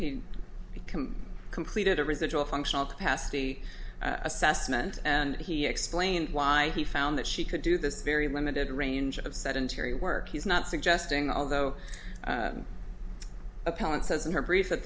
become completed a residual functional capacity assessment and he explained why he found that she could do this very limited range of sedentary work he's not suggesting although appellant says in her brief that